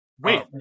Wait